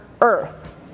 earth